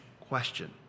question